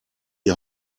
die